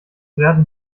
werden